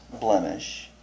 blemish